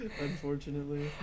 Unfortunately